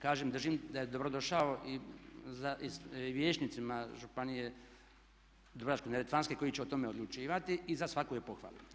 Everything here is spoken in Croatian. Kažem držim da je dobro došao i vijećnicima županije Dubrovačko-neretvanske koji će o tome odlučivati i za svaku je pohvalu.